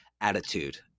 attitude